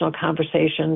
conversations